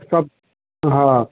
सब हाँ